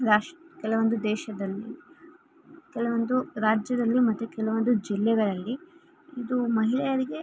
ರಾಷ್ ಕೆಲವೊಂದು ದೇಶದಲ್ಲಿ ಕೆಲವೊಂದು ರಾಜ್ಯದಲ್ಲಿ ಮತ್ತು ಕೆಲವೊಂದು ಜಿಲ್ಲೆಗಳಲ್ಲಿ ಇದು ಮಹಿಳೆಯರಿಗೆ